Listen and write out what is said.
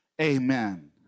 Amen